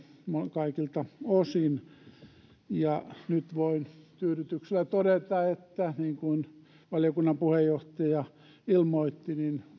kaikilta osin nyt voin tyydytyksellä todeta että niin kuin valiokunnan puheenjohtaja ilmoitti